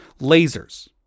lasers